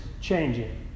changing